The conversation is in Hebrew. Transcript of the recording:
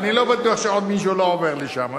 שעוד מישהו לא עובר לשם.